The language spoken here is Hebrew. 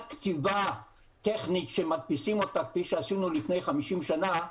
כתיבה טכנית שמדפיסים איתה כפי שעשינו לפני 50 שנה,